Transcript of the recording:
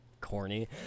corny